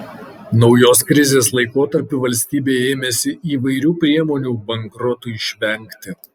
naujos krizės laikotarpiu valstybė ėmėsi įvairių priemonių bankrotui išvengti